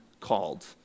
called